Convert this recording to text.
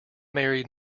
married